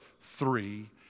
three